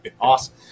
awesome